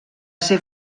ser